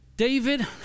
David